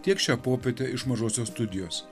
tiek šią popietę iš mažosios studijos